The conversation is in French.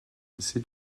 c’est